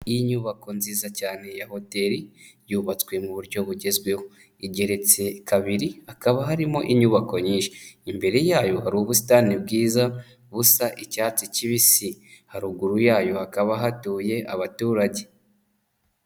Iyi ni nyubako nziza cyane ya hoteli yubatswe mu buryo bugezweho igeretse kabiri hakaba harimo inyubako nyinshi, imbere yayo hari ubusitani bwiza busa icyatsi kibisi, haruguru yayo hakaba hatuye abaturage.